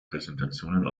präsentationen